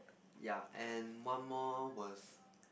yeah and one more was